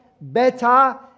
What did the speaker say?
better